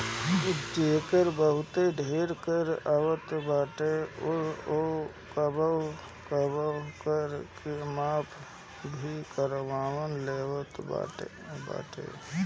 जेकर बहुते ढेर कर आवत बाटे उ कबो कबो कर के माफ़ भी करवा लेवत बाटे